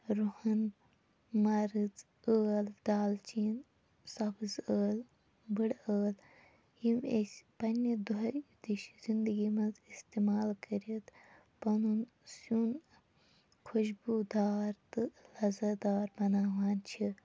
رُہَن مَرٕژ ٲل دالچیٖن سَبٕز ٲل بٔڑ ٲل یِم أسۍ پنٛنہِ دۄہے دِش زِندگی منٛز اِستعمال کٔرِتھ پَنُن سیُن خُشبوٗ دار تہٕ لَذت دار بَناوان چھِ